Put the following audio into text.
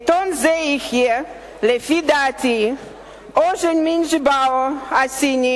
עיתון זה יהיה לפי דעתי "זנמין ז'נבאו" הסיני